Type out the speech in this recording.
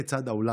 כמובן,